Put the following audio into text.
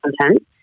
content